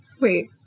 Wait